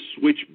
switch